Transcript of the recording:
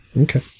Okay